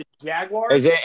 Jaguars